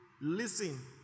Listen